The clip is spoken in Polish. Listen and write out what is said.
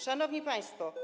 Szanowni Państwo!